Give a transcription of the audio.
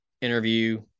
interview